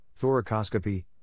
thoracoscopy